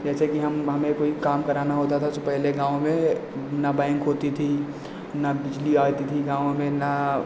जैसे कि हम हमें कोई काम कराना होता था सो पहले गाँव में ना बैंक होती थी ना बिजली आती थी गाँव में ना